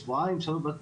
שבועיים שלושה.